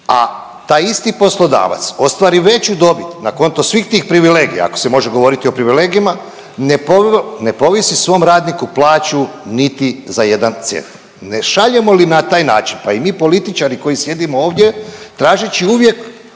a taj isti poslodavac ostvari veću dobit na konto svih tih privilegija ako se može govoriti o privilegijama, ne povisi svom radniku plaću niti za jedan cent. Ne šaljemo li na taj način, pa i mi političari koji sjedimo ovdje tražeći uvijek